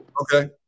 Okay